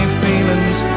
feelings